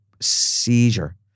seizure